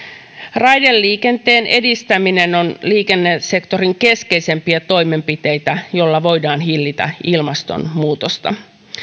raideliikenteen edistäminen on liikennesektorin keskeisimpiä toimenpiteitä jolla voidaan hillitä ilmastonmuutosta